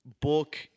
Book